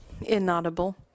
inaudible